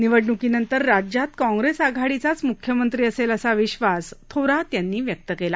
निवडणूकीनंतर राज्यात काँग्रेस आघाडीचाच मुख्यमंत्री असेल असा विश्वास थोरात यांनी व्यक्त केला